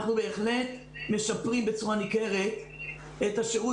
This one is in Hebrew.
אנחנו בהחלט משפרים בצורה ניכרת את השירות